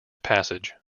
passage